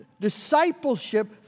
Discipleship